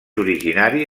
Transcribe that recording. originari